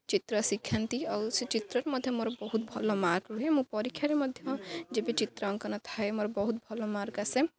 ଚିତ୍ର ଶିଖାନ୍ତି ଆଉ ସେ ଚିତ୍ରରେ ମଧ୍ୟ ମୋର ବହୁତ ଭଲ ମାର୍କ୍ ରୁହେ ମୋ ପରୀକ୍ଷାରେ ମଧ୍ୟ ଯେ ବି ଚିତ୍ର ଅଙ୍କନ ଥାଏ ମୋର ବହୁତ ଭଲ ମାର୍କ୍ ଆସେ